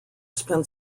spent